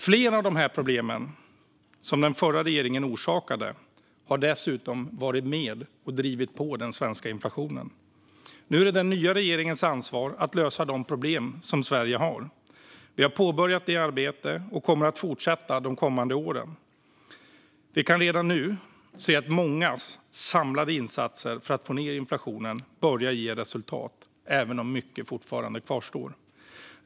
Flera av de problem som den förra regeringen orsakade har dessutom varit med och drivit på den svenska inflationen. Nu är det den nya regeringens ansvar att lösa de problem Sverige har. Vi har påbörjat det arbetet och kommer att fortsätta det under de kommande åren. Vi kan redan nu se att många samlade insatser för att få ned inflationen börjar ge resultat även om mycket fortfarande kvarstår.